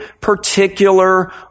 particular